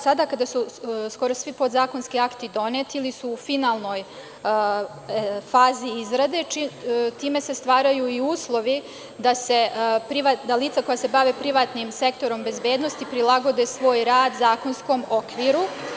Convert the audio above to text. Sada kada su svi podzakonski akti doneti ili su u finalnoj fazi izrade, time se stvaraju uslovi da lica koja se bave privatnim sektorom bezbednosti prilagode svoj rad zakonskom okviru.